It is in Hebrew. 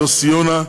יוסי יונה,